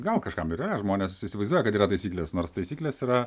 gal kažkam yra žmonės įsivaizduoja kad yra taisyklės nors taisyklės yra